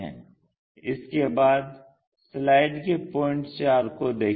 इसके बाद स्लाइड के पॉइंट 4 को देखें